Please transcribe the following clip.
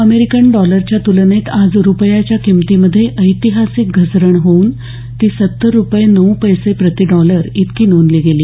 American डॉलरच्या तुलनेत आज रुपयाच्या किमतीमध्ये ऐतिहासिक घसरण होऊन ती सत्तर रुपये नऊ पैसे प्रति डॉलर इतकी नोंदली गेली